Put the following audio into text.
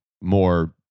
more